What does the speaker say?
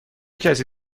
کسی